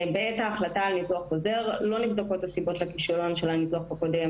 בעת ההחלטה על ניתוח חוזר לא נבדקות הסיבות לכישלון של הניתוח הקודם,